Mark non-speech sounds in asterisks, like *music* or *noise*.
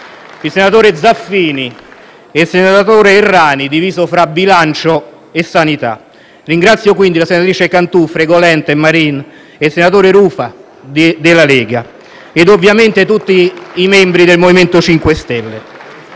di Fratelli d'Italia e il senatore Errani, diviso tra bilancio e sanità. *applause* Ringrazio, quindi, le senatrici Cantù, Fregolent e Marin, il senatore Rufa della Lega e, ovviamente, tutti i membri del MoVimento 5 Stelle.